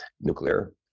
nuclear